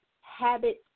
Habits